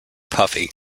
puffy